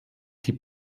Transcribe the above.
die